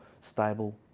stable